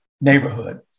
neighborhood